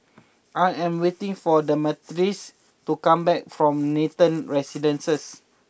I am waiting for Damaris to come back from Nathan Residences